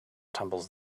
tumbles